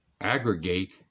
aggregate